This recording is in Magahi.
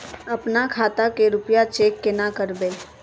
अपना खाता के रुपया चेक केना करबे?